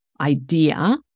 Idea